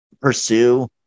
pursue